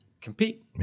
compete